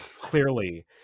clearly